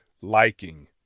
liking